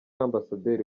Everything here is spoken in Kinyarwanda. ambasaderi